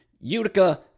Utica